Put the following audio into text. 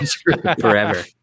forever